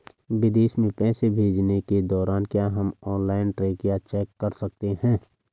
विदेश में पैसे भेजने के दौरान क्या हम ऑनलाइन ट्रैक या चेक कर सकते हैं?